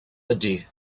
ydy